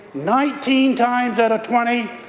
nineteen times out of twenty,